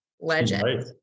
legend